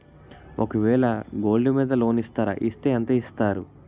ఒక వేల గోల్డ్ మీద లోన్ ఇస్తారా? ఇస్తే ఎంత ఇస్తారు?